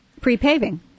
Pre-paving